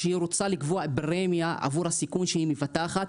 כשהיא רוצה לקבוע פרמיה עבור הסיכון שהיא מבטחת,